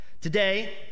Today